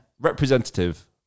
Representative